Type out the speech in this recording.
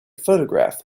photograph